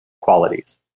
qualities